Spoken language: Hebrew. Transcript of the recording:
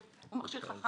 אבל הוא לא מכשיר פלאפון,